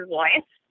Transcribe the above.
voice